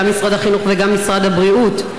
גם משרד החינוך וגם משרד הבריאות.